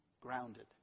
grounded